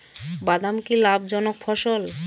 বাদাম কি লাভ জনক ফসল?